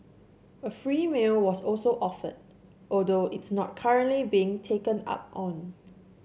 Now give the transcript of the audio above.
a free meal was also offered although it's not currently being taken up on